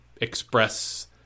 express